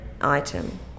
item